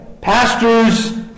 pastors